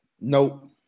Nope